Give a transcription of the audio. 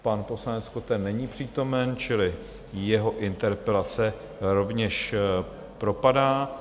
Pan poslanec Koten není přítomen, čili jeho interpelace rovněž propadá.